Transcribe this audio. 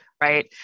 right